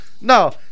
No